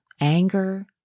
anger